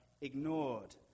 ignored